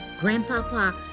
Grandpapa